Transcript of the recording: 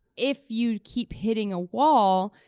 if you keep hitting a wall,